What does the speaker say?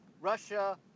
Russia